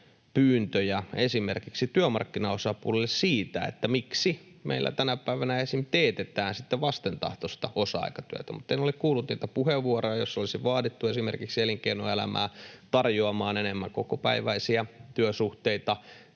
pyyntöjä esimerkiksi työmarkkinaosapuolille siitä, että miksi meillä tänä päivänä esim. teetetään sitten vastentahtoista osa-aikatyötä, mutta en ole kuullut niitä puheenvuoroja, joissa olisi vaadittu esimerkiksi elinkeinoelämää tarjoamaan enemmän kokopäiväisiä työsuhteita.